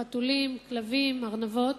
חתולים, כלבים, ארנבות,